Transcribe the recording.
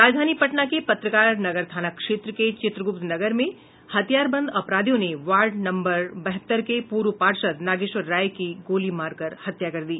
राजधानी पटना के पत्रकार नगर थाना क्षेत्र के चित्रग्रप्त नगर में हथियारबंद अपराधियों ने वार्ड नम्बर बहत्तर के पूर्व पार्षद नागेश्वर राय की गोली मारकर हत्या कर दी